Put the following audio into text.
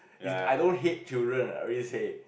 it's I don't hate children already say